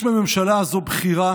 יש בממשלה הזו בחירה